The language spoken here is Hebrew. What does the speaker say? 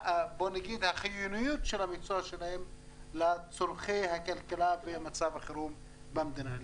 והחיוניות של המקצוע שלהם לצורכי הכלכלה במצב החירום במדינה.